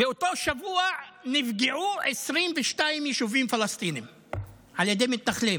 באותו שבוע נפגעו 22 יישובים פלסטיניים על ידי מתנחלים,